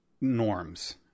norms